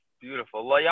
beautiful